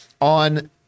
on